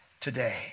today